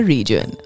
Region